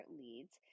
leads